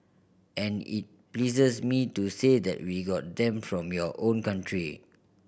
and it pleases me to say that we got them from your own country